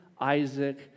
Isaac